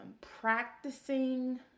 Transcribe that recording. practicing